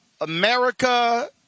America